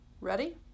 Ready